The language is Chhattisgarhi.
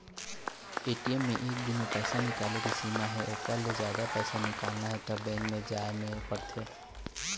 ए.टी.एम म एक दिन म पइसा निकाले के सीमा हे ओखर ले जादा पइसा निकालना हे त बेंक म जाए ल परथे